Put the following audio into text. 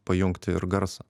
pajungti ir garsą